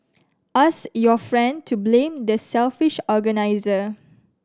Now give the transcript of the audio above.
ask your friend to blame the selfish organiser